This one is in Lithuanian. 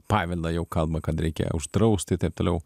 paveldą jau kalba kad reikia uždraust i taip toliau